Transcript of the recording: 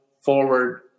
forward